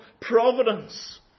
providence